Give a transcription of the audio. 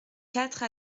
quatre